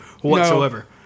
whatsoever